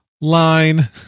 line